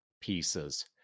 pieces